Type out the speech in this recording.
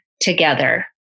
together